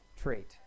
trait